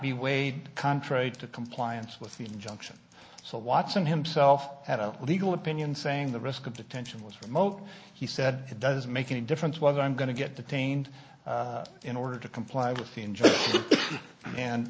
be weighed contrary to compliance with the injunction so watson himself had a legal opinion saying the risk of detention was remote he said it doesn't make any difference whether i'm going to get the taint in order to comply with